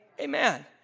Amen